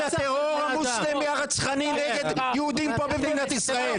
תגנה את הטרור המוסלמי הרצחני נגד יהודים פה במדינת ישראל.